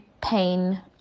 pain